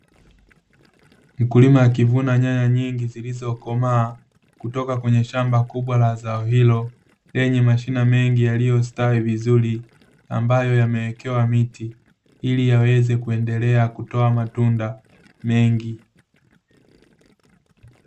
Mkulima akivuna nyanya nyingi zilizokomaa kutoka kwenye shamba kubwa la zao hilo, lenye mashina mengi yaliyostawi vizuri, ambayo yamewekewa miti, ili yaweze kuendelea kutoa matunda mengi.